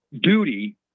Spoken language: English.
duty